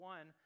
One